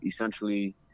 essentially